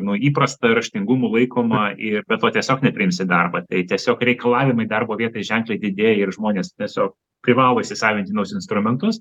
nu įprasta raštingumu laikoma ir be to tiesiog nepriims į darbą tai tiesiog reikalavimai darbo vietai ženkliai didėja ir žmonės tiesiog privalo įsisavinti naujus instrumentus